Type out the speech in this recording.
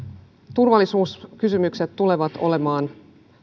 turvallisuuskysymykset tulevat olemaan